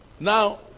Now